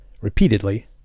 repeatedly